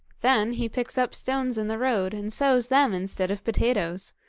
then he picks up stones in the road and sows them instead of potatoes,